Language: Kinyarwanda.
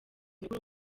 mikuru